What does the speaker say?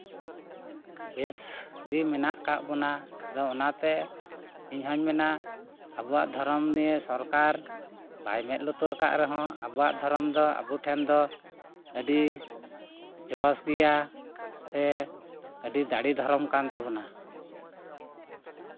ᱵᱮᱥ ᱜᱮ ᱢᱮᱱᱟᱜ ᱠᱟᱜ ᱵᱚᱱᱟ ᱟᱫᱚ ᱚᱱᱟᱛᱮ ᱤᱧᱦᱚᱹᱧ ᱢᱮᱱᱟ ᱟᱵᱚᱣᱟᱜ ᱫᱷᱚᱨᱚᱢ ᱱᱤᱭᱟᱹ ᱥᱚᱨᱠᱟᱨ ᱵᱟᱭ ᱢᱮᱫ ᱞᱩᱛᱩᱨ ᱠᱟᱜ ᱨᱮᱦᱚᱸ ᱟᱵᱚᱣᱟᱜ ᱫᱚᱨᱚᱢ ᱫᱚ ᱟᱵᱚ ᱴᱷᱮᱱ ᱫᱚ ᱟᱹᱰᱤ ᱡᱚᱥ ᱜᱮᱭᱟ ᱥᱮ ᱟᱹᱰᱤ ᱫᱟᱲᱮ ᱫᱷᱚᱨᱚᱢ ᱠᱟᱱ ᱛᱟᱵᱚᱱᱟ